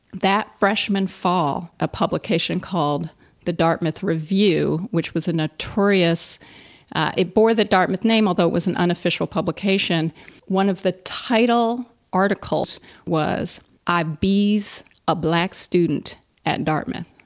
that freshman fall, a publication called the dartmouth review, which was a notorious it bore the dartmouth name, although it was an unofficial publication one of the title articles was i be's a black student at dartmouth,